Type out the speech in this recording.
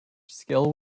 skill